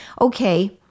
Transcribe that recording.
okay